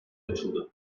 açıldı